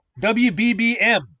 WBBM